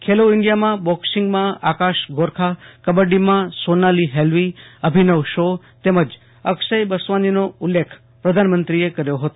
ખેલો ઇન્ડિયામાં બોકર્સીંગમાં આકાશ ગોરખા કબડ્ડીમાં સોનાલી હેલવી અભિનવ શો તેમજ અક્ષય બસવાનીનો ઉલ્લેખ પ્રધાનમંત્રીએ કર્યો હતો